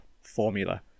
formula